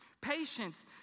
Patience